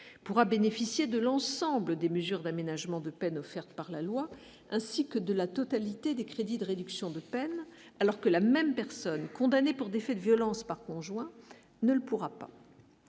pourra bénéficier de l'ensemble des mesures d'aménagement de peine offerte par la loi, ainsi que de la totalité des crédits de réduction de peine, alors que la même personne condamnée pour des faits de violences par conjoint ne le pourra pas